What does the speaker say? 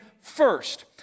first